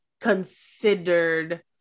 considered